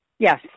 Yes